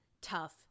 tough